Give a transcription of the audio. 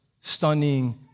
stunning